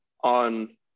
on